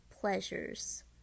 pleasures